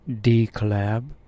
D-Collab